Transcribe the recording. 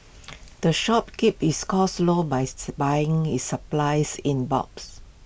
the shop keeps its costs low by buying its supplies in bulks